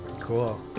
Cool